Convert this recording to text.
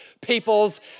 people's